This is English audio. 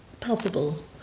palpable